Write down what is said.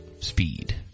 speed